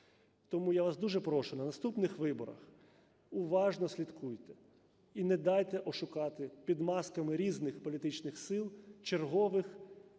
Тому я вас дуже прошу, на наступних виборах уважно слідкуйте і не дайте ошукати під масками різних політичних сил чергових